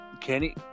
Kenny